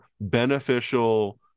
beneficial